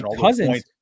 Cousins